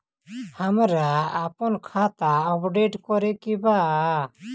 हमरा आपन खाता अपडेट करे के बा